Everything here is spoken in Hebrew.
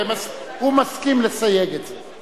הוא מסכים לסייג את זה.